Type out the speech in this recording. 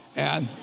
and